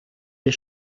des